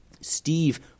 Steve